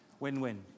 Win-win